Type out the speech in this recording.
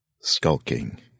Skulking